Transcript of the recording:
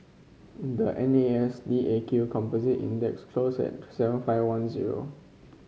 the N A S D A Q Composite Index closed at to seven five one zero